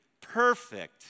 perfect